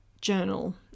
journal